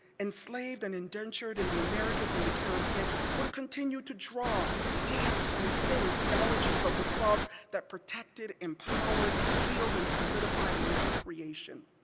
enslaved and indentured in the americas and the caribbean, would continue to draw, dance and sing theologies of the cross that protected, empowered, healed, and solidified a new creation.